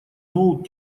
ноут